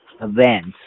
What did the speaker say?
events